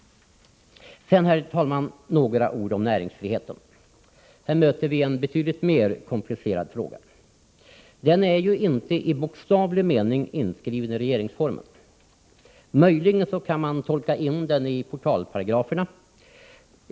Sedan, herr talman, några ord om näringsfriheten. Här möter vi en betydligt mer komplicerad fråga. Näringsfriheten är inte i bokstavlig mening inskriven i regeringsformen. Möjligen kan man tolka in den i portalparagraferna.